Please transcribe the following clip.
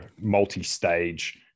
multi-stage